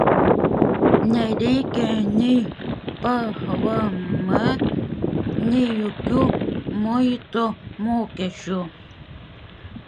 nereikia nei pvm nei jokių muito mokesčių